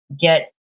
get